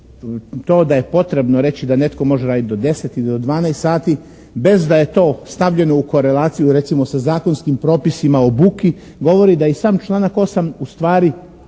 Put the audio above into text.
to da je potrebno reći da netko može radit do 10 ili do 12 sati bez da je to stavljeno u korelaciju recimo sa zakonskim propisima o buki, govori da i sam članak 8. ustvari